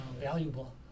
valuable